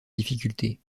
difficultés